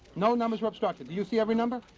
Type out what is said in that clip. no numbers were obstructed? do you see every number?